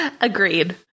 Agreed